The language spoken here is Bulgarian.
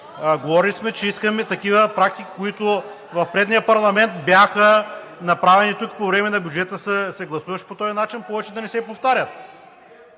Говорили сме, че искаме такива практики, които в предния парламент бяха направени тук, по време на бюджета се гласуваше по този начин, повече да не се повтарят.